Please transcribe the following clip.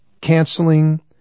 canceling